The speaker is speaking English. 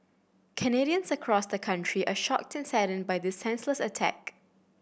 Canadians across the country are shocked and saddened by this senseless attack